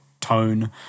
tone